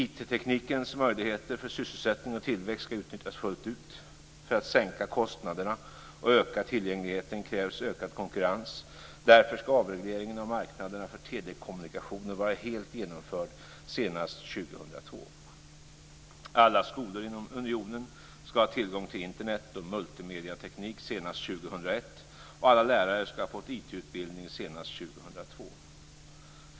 Informationsteknikens möjligheter för sysselsättning och tillväxt ska utnyttjas fullt ut. För att sänka kostnaderna och öka tillgängligheten krävs ökad konkurrens. Därför ska avreglering av marknaderna för telekommunikationer vara helt genomförd senast Alla skolor inom unionen ska ha tillgång till Internet och multimedieteknik senast 2001, och alla lärare ska ha fått IT-utbildning senast 2002.